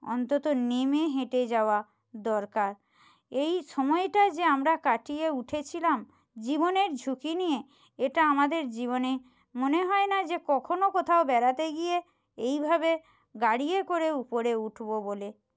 অন্তত নেমে হেঁটে যাওয়া দরকার এই সময়টা যে আমরা কাটিয়ে উঠেছিলাম জীবনের ঝুঁকি নিয়ে এটা আমাদের জীবনে মনে হয় না যে কখনও কোথাও বেড়াতে গিয়ে এইভাবে গাড়িতে করে উপরে উঠব বলে